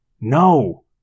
No